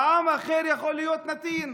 והעם האחר יכול להיות נתין.